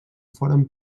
foren